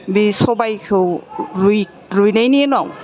बि सबाइखौ रुइनायनि उनाव